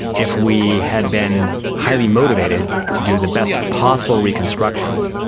if we had been highly motivated to do the best possible reconstructions,